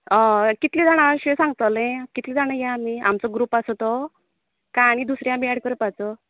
हय कितले जाणां अशे सांगतले कितले जाणां या आमी आमचो ग्रूप आसा तो काय आनी दुसऱ्या बीन ऍड करपाचो